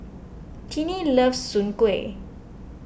Tiney loves Soon Kueh